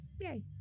Yay